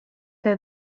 her